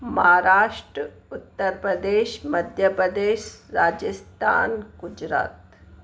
Maharashtra Uttar Pradesh Madhya Pradesh Rajasthan Gujarat